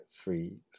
three